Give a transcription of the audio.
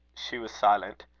she was silent.